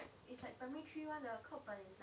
it's like primary three won the top prize